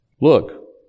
look